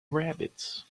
rabbits